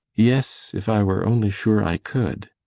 yes if i were only sure i could.